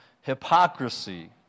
hypocrisy